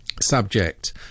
subject